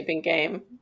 game